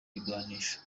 ibigwanisho